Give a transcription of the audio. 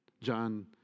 John